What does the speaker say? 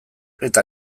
eta